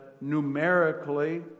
numerically